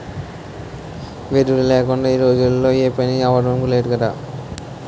వెదురు లేకుందా ఈ రోజుల్లో ఏపనీ అవడం లేదు కదా